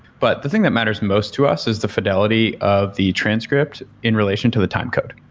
but the thing that matters most to us is the fidelity of the transcript in relation to the time code.